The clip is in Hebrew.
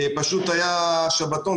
פשוט היה שבתון,